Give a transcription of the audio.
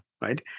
right